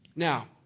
Now